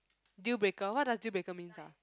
deal breaker what does deal breaker means ah